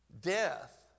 death